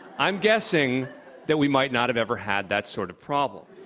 i'm guessing that we might not have ever had that sort of problem.